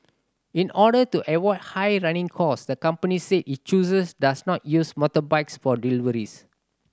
in order to avoid high running cost the company said it chooses does not use motorbikes for deliveries